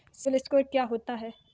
CIBIL score क्या होता है?